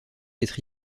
être